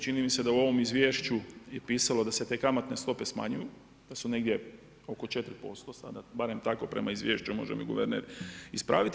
Čini mi se da u ovom izvješću je pisalo da se te kamatne stope smanjuju, da su negdje oko 4% sada, barem tako prema izvješću, može me guverner ispraviti.